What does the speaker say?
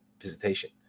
visitation